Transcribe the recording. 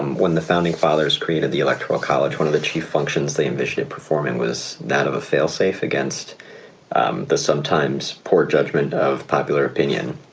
and when the founding fathers created the electoral college, one of the chief functions, they ambitioned performing was that of a failsafe against the sometimes poor judgment of popular opinion.